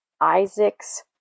Isaac's